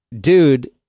dude